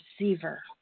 receiver